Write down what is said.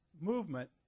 movement